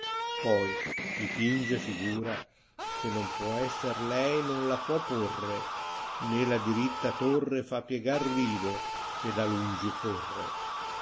poi chi pinge figura se non può esser lei non la può porre né la diritta torre fa piegar rivo che da lungi corre